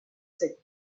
secs